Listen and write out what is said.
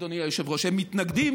אדוני היושב-ראש, הם מתנגדים